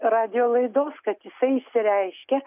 radijo laidos kad jisai išsireiškia